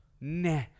nah